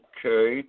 Okay